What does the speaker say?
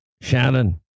Shannon